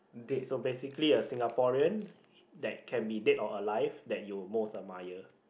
so basically a Singaporean that can be dead or alive that you most admire